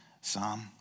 psalm